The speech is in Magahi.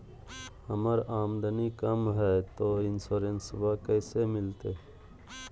हमर आमदनी कम हय, तो इंसोरेंसबा कैसे मिलते?